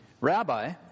Rabbi